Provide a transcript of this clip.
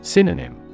Synonym